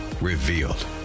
Revealed